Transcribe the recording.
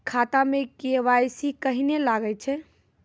खाता मे के.वाई.सी कहिने लगय छै?